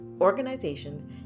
organizations